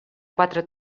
quatre